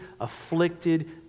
afflicted